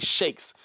Shakes